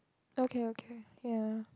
okay okay ya